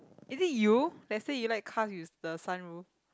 is it you that say you like cars with the sunroof